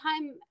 time